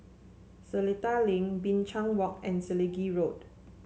Seletar Link Binchang Walk and Selegie Road